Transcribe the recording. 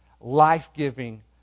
life-giving